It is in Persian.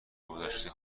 گذشته